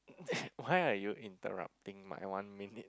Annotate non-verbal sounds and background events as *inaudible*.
*noise* why are you interrupting my one minute